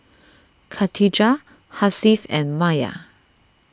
Khatijah Hasif and Maya